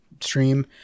stream